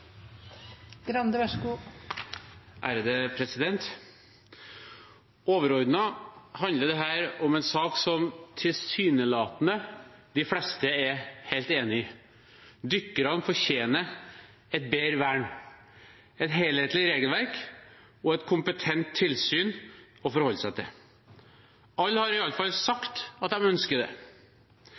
helt enige om. Dykkerne fortjener et bedre vern, et helhetlig regelverk og et kompetent tilsyn å forholde seg til. Alle har i alle fall sagt at de ønsker det.